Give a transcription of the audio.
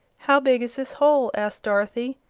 how big is this hole? asked dorothy.